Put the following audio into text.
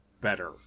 better